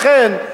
לכן,